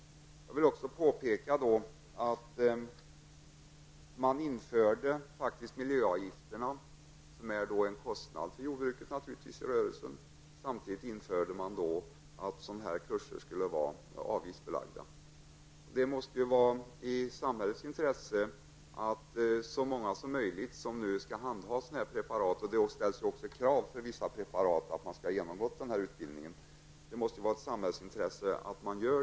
Jag vill också påpeka att samtidigt som man införde miljöavgifterna, som naturligtvis innebär en kostnad för jordbruksrörelsen, bestämde man att kurserna skulle vara avgiftsbelagda. Det måste vara i samhällets intresse att så många som möjligt som skall handskas med de aktuella preparaten -- det ställs ju krav när det gäller vissa preparat att man har genomgått utbildningen -- får en utbildning.